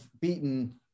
beaten –